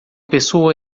pessoa